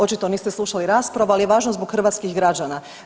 Očito niste slušali raspravu, ali je važno zbog hrvatskih građana.